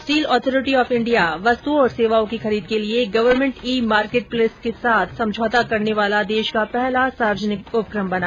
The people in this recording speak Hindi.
स्टील अथॉरिटी ऑफ इंडिया वस्तुओं और सेवाओं की खरीद के लिए गवर्नमेंट ई मार्केटप्लेस के साथ समझौता करने वाला देश का पहला सार्वजनिक उपक्रम बना